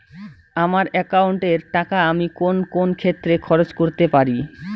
আমার একাউন্ট এর টাকা আমি কোন কোন ক্ষেত্রে খরচ করতে পারি?